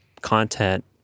content